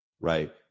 right